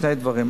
שני דברים,